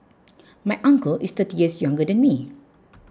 my uncle is thirty years younger than me